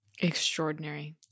Extraordinary